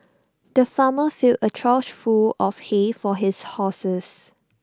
the farmer filled A trough full of hay for his horses